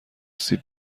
سیب